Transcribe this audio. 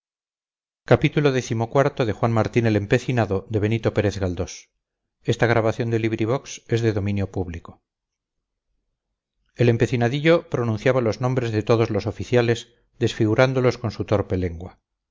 besos el empecinadillo pronunciaba los nombres de todos los oficiales desfigurándolos con su torpe lengua